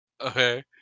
Okay